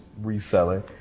reselling